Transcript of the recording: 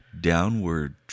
downward